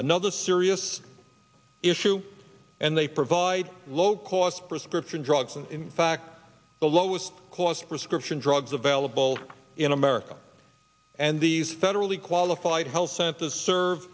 another serious issue and they provide low cost prescription drugs and in fact the lowest cost prescription drugs available in america and these federally qualified health centers serve